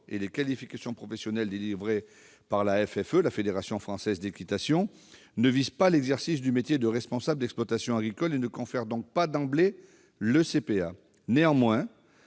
et les qualifications professionnelles délivrées par la Fédération française d'équitation ne visent pas l'exercice du métier de responsable d'exploitation agricole et ne confèrent donc pas d'emblée la CPA. Néanmoins,